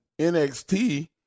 NXT